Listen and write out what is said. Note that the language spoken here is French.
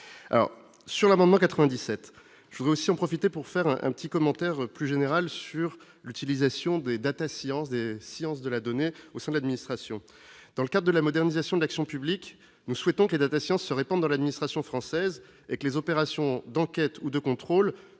alors sur l'amendement 97 je voudrais aussi en profiter pour faire un un petit commentaire plus général sur l'utilisation des Data Science de sciences de la donner au son administration dans le cas de la modernisation de l'action publique, nous souhaitons que les datations se répandre dans l'administration française et que les opérations d'enquête ou de contrôle